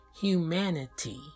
Humanity